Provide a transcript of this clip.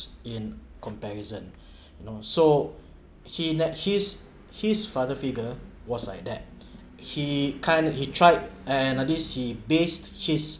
in comparison you know so he let his his father figure was like that he can't he tried and at least he based his